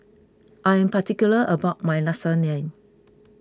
I am particular about my Lasagne